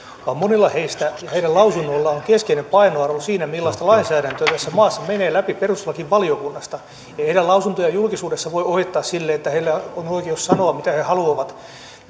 vaan monilla heistä ja heidän lausunnoillaan on keskeinen painoarvo siinä millaista lainsäädäntöä tässä maassa menee läpi perustuslakivaliokunnasta ei heidän lausuntojaan julkisuudessa voi ohittaa silleen että heillä on oikeus sanoa mitä he he haluavat